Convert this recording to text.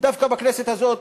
דווקא בכנסת הזאת,